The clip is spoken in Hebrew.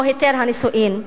או היתר הנישואין.